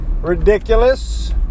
ridiculous